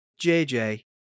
JJ